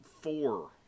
four